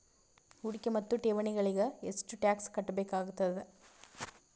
ಹೂಡಿಕೆ ಮತ್ತು ಠೇವಣಿಗಳಿಗ ಎಷ್ಟ ಟಾಕ್ಸ್ ಕಟ್ಟಬೇಕಾಗತದ?